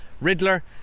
Riddler